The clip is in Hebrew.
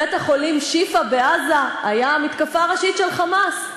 בית-החולים "שיפא" בעזה היה המפקדה הראשית של "חמאס"